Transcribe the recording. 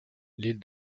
l’île